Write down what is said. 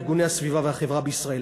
ארגוני הסביבה והחברה בישראל.